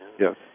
Yes